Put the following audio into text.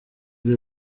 uri